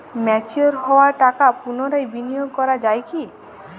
Mature হওয়া টাকা পুনরায় বিনিয়োগ করা য়ায় কি?